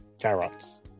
Carrots